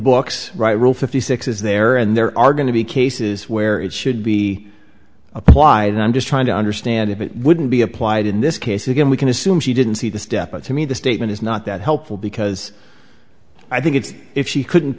books right rule fifty six is there and there are going to be cases where it should be applied i'm just trying to understand if it wouldn't be applied in this case again we can assume she didn't see the step and to me the statement is not that helpful because i think it's if she couldn't